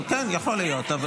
כן, יכול להיות.